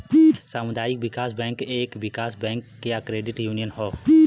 सामुदायिक विकास बैंक एक विकास बैंक या क्रेडिट यूनियन हौ